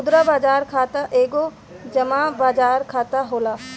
मुद्रा बाजार खाता एगो जमा बाजार खाता होला